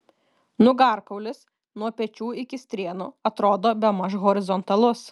nugarkaulis nuo pečių iki strėnų atrodo bemaž horizontalus